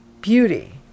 Beauty